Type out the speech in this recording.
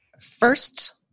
first